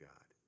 God